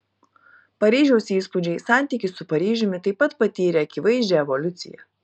paryžiaus įspūdžiai santykis su paryžiumi taip pat patyrė akivaizdžią evoliuciją